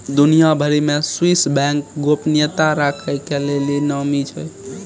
दुनिया भरि मे स्वीश बैंक गोपनीयता राखै के लेली नामी छै